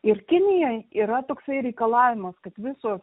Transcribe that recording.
ir kinijoj yra toksai reikalavimas kad visos